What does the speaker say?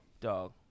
Dog